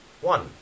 one